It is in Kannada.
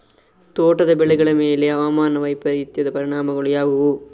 ತೋಟದ ಬೆಳೆಗಳ ಮೇಲೆ ಹವಾಮಾನ ವೈಪರೀತ್ಯದ ಪರಿಣಾಮಗಳು ಯಾವುವು?